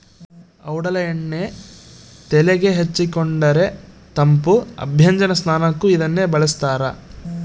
ಔಡಲ ಎಣ್ಣೆ ತೆಲೆಗೆ ಹಚ್ಚಿಕೊಂಡರೆ ತಂಪು ಅಭ್ಯಂಜನ ಸ್ನಾನಕ್ಕೂ ಇದನ್ನೇ ಬಳಸ್ತಾರ